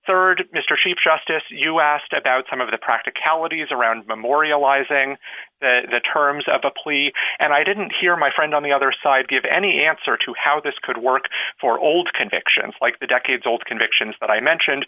chief justice you asked about some of the practicalities around memorializing the terms of a plea and i didn't hear my friends on the other side give any answer to how this could work for old convictions like the decades old convictions that i mentioned